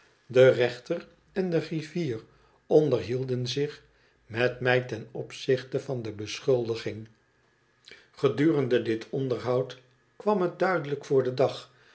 de rechter en de griffier onderhielden zich met mij ten opzichte van de beschuldiging g-edurende dit onderhoud kwam het duidelijk voor den dag